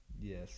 Yes